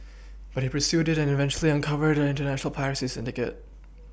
but he pursued it and eventually uncovered an international piracy syndicate